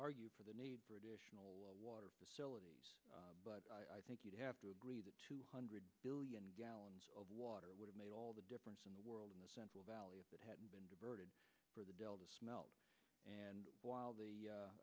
argue for the need for additional water facilities but i think you'd have to agree that two hundred billion gallons of water would make all the difference in the world in the central valley if it hadn't been diverted for the delta smelt and while the